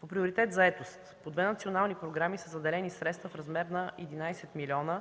По приоритет „Заетост” по две национални програми са заделени средства в размер на 11 млн.